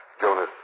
Jonas